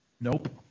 Nope